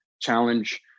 challenge